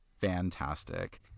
fantastic